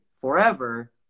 forever